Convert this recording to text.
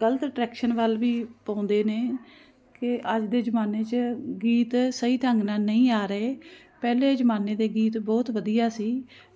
ਗਲਤ ਡਾਇਰੈਕਸ਼ਨ ਵੱਲ ਵੀ ਪਾਉਂਦੇ ਨੇ ਕਿ ਅੱਜ ਦੇ ਜ਼ਮਾਨੇ 'ਚ ਗੀਤ ਸਹੀ ਢੰਗ ਨਾਲ ਨਹੀਂ ਆ ਰਹੇ ਪਹਿਲੇ ਜ਼ਮਾਨੇ ਦੇ ਗੀਤ ਬਹੁਤ ਵਧੀਆ ਸੀ